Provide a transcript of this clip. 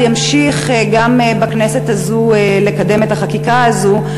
ימשיך גם בכנסת הזאת לקדם את החקיקה הזאת.